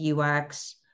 UX